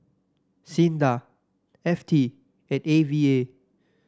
SINDA F T and A V A